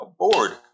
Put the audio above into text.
aboard